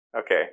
Okay